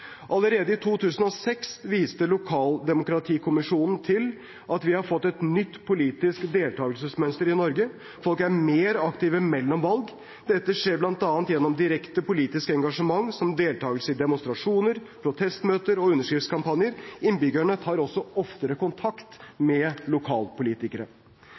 Allerede i 2006 viste Lokaldemokratikommisjonen til at vi har fått et nytt politisk deltakelsesmønster i Norge. Folk er mer aktive mellom valgene. Dette skjer bl.a. gjennom et direkte politisk engasjement, som deltakelse i demonstrasjoner, protestmøter og underskriftskampanjer. Innbyggerne tar også oftere kontakt med lokalpolitikere.